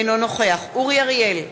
אינו נוכח אורי אריאל,